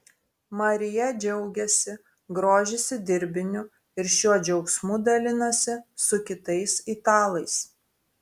marija džiaugiasi grožisi dirbiniu ir šiuo džiaugsmu dalinasi su kitais italais